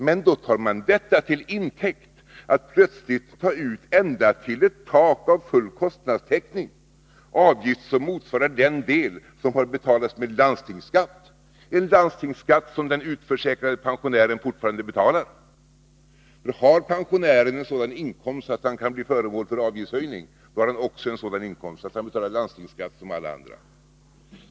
Men då tar man detta till intäkt för att plötsligt ta ut, ända till ett tak av full kostnadstäckning, avgifter som motsvarar den del som har betalats med landstingsskatt — en landstingsskatt som den utförsäkrade pensionären fortfarande betalar. Har pensionären sådan inkomst att han kan bli föremål för avgiftshöjning, då har han också en sådan inkomst att han betalar landstingsskatt som alla andra.